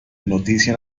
noticia